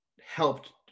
helped